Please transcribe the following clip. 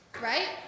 Right